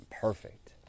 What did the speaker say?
perfect